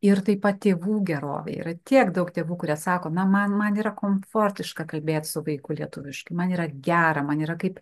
ir taip pat tėvų gerovei yra tiek daug tėvų kurie sako na man man yra komfortiška kalbėt su vaiku lietuviškai man yra gera man yra kaip